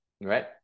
right